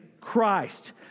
Christ